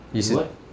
what